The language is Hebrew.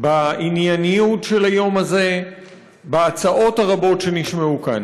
בענייניות של היום, בהצעות הרבות שנשמעו כאן.